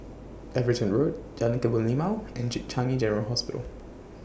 Everton Road Jalan Kebun Limau and Changi General Hospital